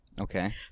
Okay